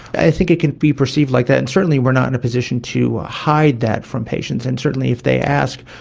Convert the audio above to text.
i think it can be perceived like that, and certainly we are not in a position to hide that from patients, and certainly if they ask,